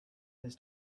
his